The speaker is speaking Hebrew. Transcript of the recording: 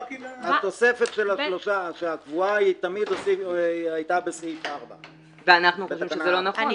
התוספת הקבועה תמיד היתה בסעיף 4. ואנחנו חושבים שזה לא נכון,